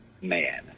man